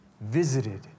visited